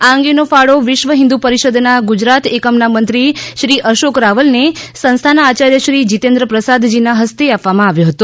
આ અંગેનો ફાળો વિશ્વ હિન્દુ પરિષદના ગુજરાત એકમના મંત્રી શ્રી અશોક રાવલને સંસ્થાના આચાર્ય શ્રી જિતેન્દ્ર પ્રસાદજીના હસ્તે આપવામાં આવ્યો હતો